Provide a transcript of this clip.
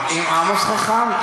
עם עמוס חכם.